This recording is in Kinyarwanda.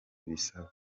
bisaba